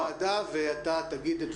אתה לא מבזבז, אתה חבר בוועדה ותגיד את דבריך.